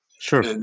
Sure